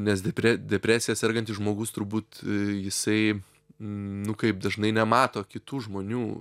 nes depre depresija sergantis žmogus turbūt jisai nu kaip dažnai nemato kitų žmonių